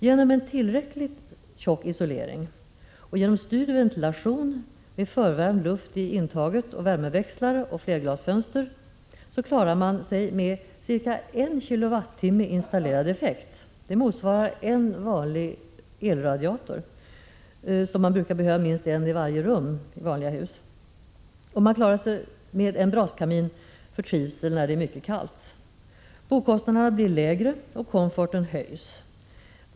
Med hjälp av en tillräckligt god isolering, styrd ventilation med förvärmd luft i intaget, värmeväxlare och flerglasfönster klarar man sig med ca 1 kWh installerad effekt. Det motsvarar en elradiator, som man i vanliga hus brukar behöva minst en av i varje rum. När det är mycket kallt klarar man sig med en braskamin för trivseln. Boendekostnaderna blir lägre och komforten höjs.